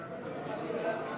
למים,